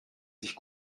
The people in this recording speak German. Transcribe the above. sich